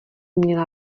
měla